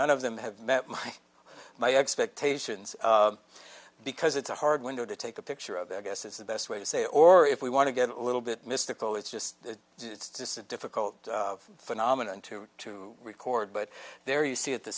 none of them have met my expectations because it's a hard window to take a picture of that i guess is the best way to say or if we want to get a little bit mystical it's just it's just a difficult phenomenon to to record but there you see it the